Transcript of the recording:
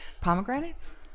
Pomegranates